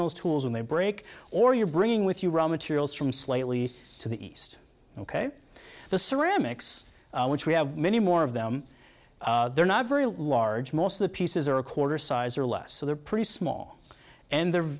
those tools when they break or you're bringing with you raw materials from slightly to the east ok the ceramics which we have many more of them they're not very large most of the pieces are a quarter size or less so they're pretty small and they're